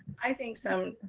i think some,